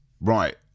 Right